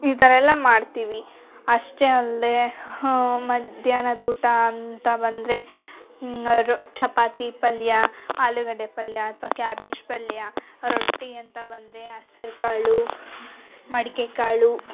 ಈ ಥರಯೆಲ್ಲ ಮಾಡ್ತೀವಿ ಅಷ್ಟೇ ಅಲ್ಲದೆ ಹ ಮಧ್ಯಾಹ್ನದ ಊಟ ಅಂತ ಬಂದರೆ ರ್ ಚಪಾತಿ ಪಲ್ಯ ಆಲೂಗಡ್ಡೆ ಪಲ್ಯ ಅಥವಾ ಕ್ಯಾಬೇಜ್ ಪಲ್ಯ ರೊಟ್ಟಿ ಅಂತ ಬಂದರೆ ಹೆಸರ್ ಕಾಳು ಮಡಿಕೆ ಕಾಳು